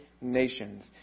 nations